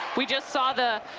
we just saw the